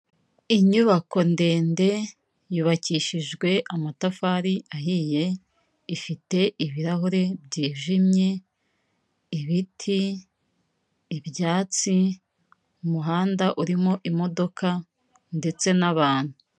Inyubako ndende yubakishijwe amatafari ahiye, ifite ibirahure byijimye, ibiti, ibyatsi, umuhanda urimo imodoka ndetse n'abantu.